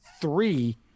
three